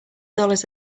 dollars